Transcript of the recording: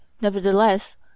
Nevertheless